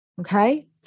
Okay